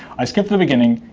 i skipped the beginning.